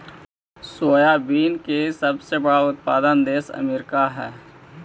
soybean के सबसे बड़ा उत्पादक देश अमेरिका हइ